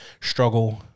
struggle